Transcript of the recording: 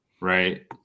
Right